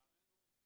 לצערנו,